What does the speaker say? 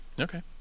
Okay